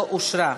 לא אושרה.